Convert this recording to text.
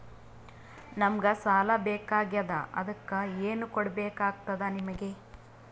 ನಮಗ ಸಾಲ ಬೇಕಾಗ್ಯದ ಅದಕ್ಕ ಏನು ಕೊಡಬೇಕಾಗ್ತದ ನಿಮಗೆ?